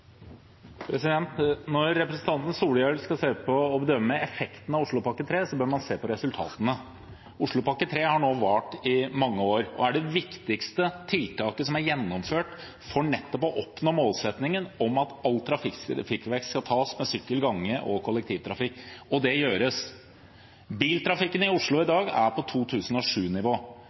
ha. Når representanten Solhjell skal se på og bedømme effekten av Oslopakke 3, bør han se på resultatene. Oslopakke 3 har nå vart i mange år og er det viktigste tiltaket som er gjennomført for nettopp å oppnå målsettingen om at all trafikkvekst skal tas med sykkel, gange og kollektivtrafikk. Og det gjøres. Biltrafikken i Oslo i dag er på